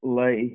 lay